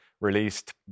released